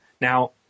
Now